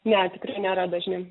ne tikrai nėra dažni